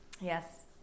Yes